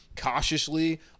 cautiously